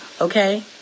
okay